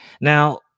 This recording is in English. Now